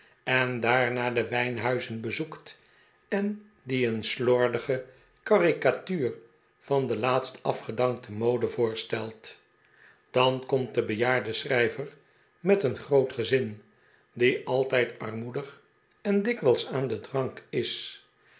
en daarna de wijnhuizen bezoekt en die een slordige carica'tuur van de laatst afgedankte mode voorstelt dan komt de bejaarde schrijver met een groot gezin die altijd armoedig en dikwijls aan den drank is